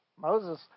Moses